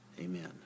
Amen